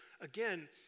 again